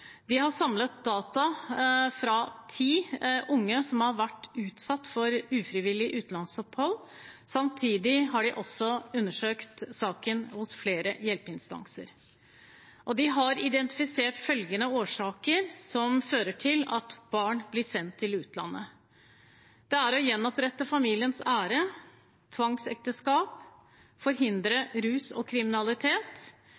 De har samlet data fra ti unge som har vært utsatt for ufrivillig utenlandsopphold. Samtidig har de undersøkt saken hos flere hjelpeinstanser. De har identifisert årsaker til at barn blir sendt til utlandet, bl.a.: å gjenopprette familiens ære tvangsekteskap